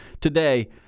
Today